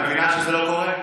את מבינה שזה לא קורה?